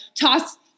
toss